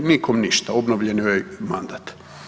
Nikom ništa, obnovljen joj je mandat.